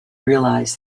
realise